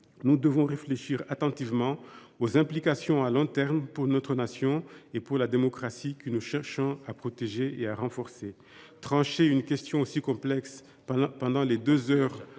nous devons réfléchir attentivement à ses implications de long terme pour notre nation et pour la démocratie, que nous cherchons à protéger et à renforcer. Trancher une question aussi complexe en deux heures